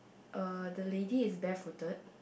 a the lady is there for third